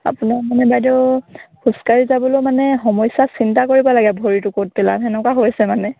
আপোনাৰ মানে বাইদেউ খোজ কাঢ়ি যাবলৈও মানে সমস্যা চিন্তা কৰিব লাগে ভৰিটো ক'ত পেলাও তেনেকুৱা হৈছে মানে